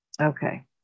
Okay